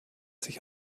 sich